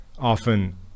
often